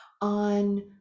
on